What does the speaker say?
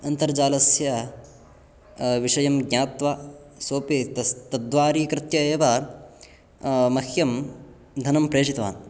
अन्तर्जालस्य विषयं ज्ञात्वा सोपितस् तद्वारीकृत्य एव मह्यं धनं प्रेषितवान्